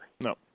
No